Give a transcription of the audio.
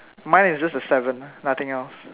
mine is just a seven nothing else